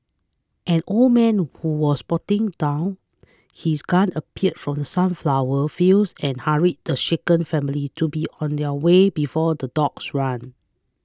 an old man who was putting down his gun appeared from the sunflower fields and hurried the shaken family to be on their way before the dogs ran